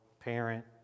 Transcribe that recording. parent